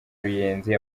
ruyenzi